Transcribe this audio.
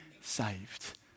saved